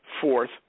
fourth